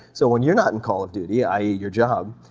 so when you're not in call of duty, i e, your job,